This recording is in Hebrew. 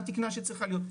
והתיקנה שצריכה להיות,